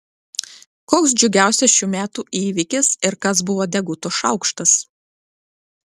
koks džiugiausias šių metų įvykis ir kas buvo deguto šaukštas